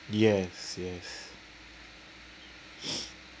yes yes